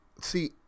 See